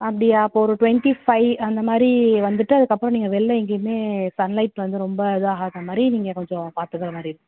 அப்படியா அப்போ ஒரு டுவென்ட்டி ஃபைவ் அந்தமாதிரி வந்துட்டு அதுக்கப்புறம் நீங்கள் வெளில எங்கேயுமே சன் லைட் வந்து ரொம்ப இதாகாத மாதிரி நீங்கள் கொஞ்சம் பாத்துக்கிற மாதிரி இருக்கும்